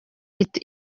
riti